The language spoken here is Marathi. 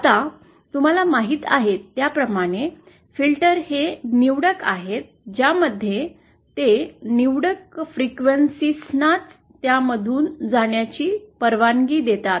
आता तुम्हाला माहीत आहे त्याप्रमाणे फिल्टर हे निवडक आहेत ज्यामध्ये ते निवडक फ्रिक्वेन्सीस नाच त्यांच्या मधून जाण्याची परवानगी देतात